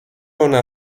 ona